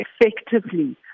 effectively